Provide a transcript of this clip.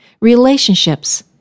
Relationships